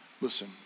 listen